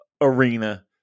arena